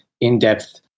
in-depth